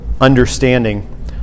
understanding